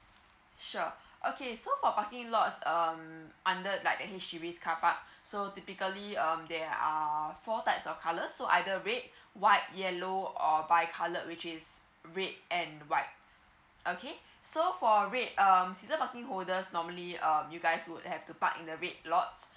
sure okay so for parking lots um under like the H_D_B carpark so typically um there are four types of colours so either red white yellow or bi coloured which is red and white okay so for red um season parking holders normally um you guys would have to park in the red lots